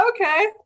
okay